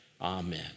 amen